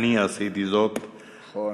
אני עשיתי זאת, נכון.